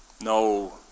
No